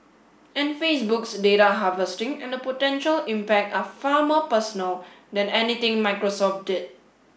and Facebook's data harvesting and the potential impact are far more personal than anything Microsoft did